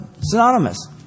synonymous